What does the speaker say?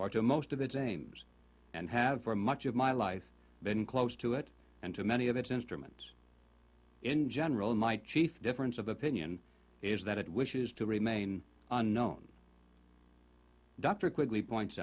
or to most of its aims and have for much of my life been close to it and to many of its instruments in general my chief difference of opinion is that it wishes to remain unknown dr quickly points